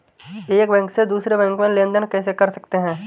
एक बैंक से दूसरे बैंक में लेनदेन कैसे कर सकते हैं?